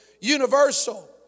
universal